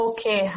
Okay